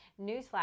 newsflash